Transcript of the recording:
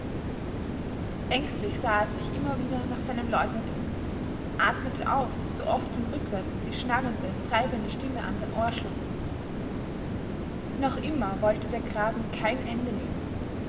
ängstlich sah er sich immer wieder nach seinem leutnant um atmete auf so oft von rückwärts die schnarrende treibende stimme an sein ohr schlug noch immer wollte der graben kein ende nehmen